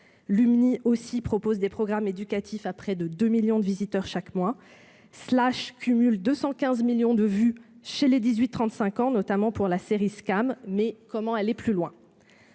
ans. Lumni propose aussi des programmes éducatifs à près de 2 millions de visiteurs chaque mois. Slash cumule 215 millions de vues chez les 18-35 ans, notamment pour la série. Comment aller plus loin ?